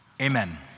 amen